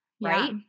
Right